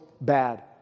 bad